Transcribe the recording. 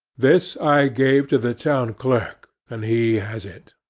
this i gave to the town clerk and he has it.